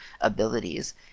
abilities